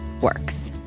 works